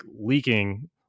leaking